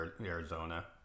Arizona